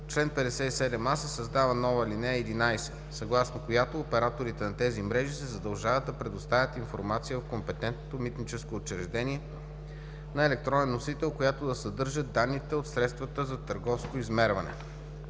чл. 57а се създава нова алинея 11, съгласно която операторите на тези мрежи се задължават да предоставят информация в компетентното митническо учреждение на електронен носител, която да съдържа данните от средствата за търговско измерване.